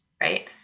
right